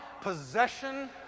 possession